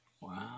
Wow